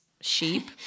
sheep